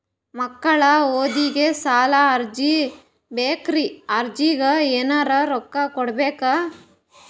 ಮಕ್ಕಳ ಓದಿಗಿ ಸಾಲದ ಅರ್ಜಿ ಬೇಕ್ರಿ ಅರ್ಜಿಗ ಎನರೆ ರೊಕ್ಕ ಕೊಡಬೇಕಾ?